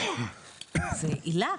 זה עילה.